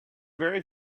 very